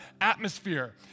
atmosphere